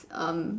um